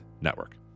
Network